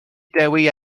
dewi